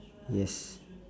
yes